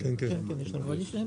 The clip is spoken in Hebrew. (הישיבה נפסקה בשעה 10:11 ונתחדשה בשעה